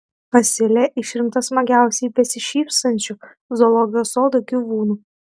asilė išrinkta smagiausiai besišypsančiu zoologijos sodo gyvūnu